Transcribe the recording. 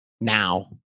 now